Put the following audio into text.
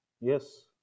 Yes